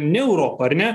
ne europa ar ne